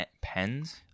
Pens